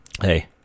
hey